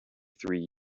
three